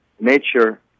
nature